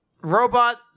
robot